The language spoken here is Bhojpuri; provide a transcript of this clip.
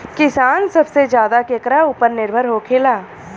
किसान सबसे ज्यादा केकरा ऊपर निर्भर होखेला?